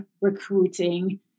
recruiting